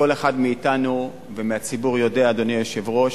כל אחד מאתנו ומהציבור יודע, אדוני היושב-ראש,